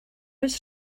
oes